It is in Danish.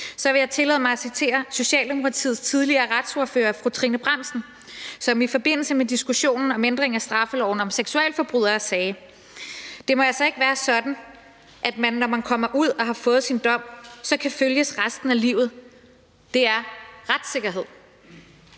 vil jeg tillade mig at citere Socialdemokratiets tidligere retsordfører fru Trine Bramsen, som i forbindelse med diskussionen om ændring af straffeloven for seksualforbrydere sagde: Det må altså ikke være sådan, at man, når man kommer ud og har fået sin dom, så kan følges resten af livet. Det er retssikkerhed.